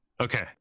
okay